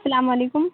سلام علیکم